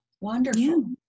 wonderful